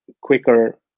quicker